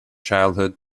childhood